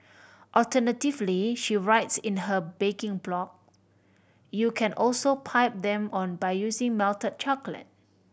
alternatively she writes in her baking blog you can also pipe them on by using melted chocolate